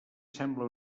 sembla